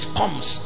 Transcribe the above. comes